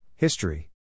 History